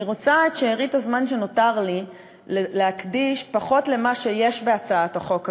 אני רוצה את שארית הזמן שנותר לי להקדיש פחות למה שיש בהצעת החוק הזו,